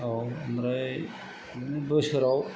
औ ओमफ्राय बिदिनो बोसोराव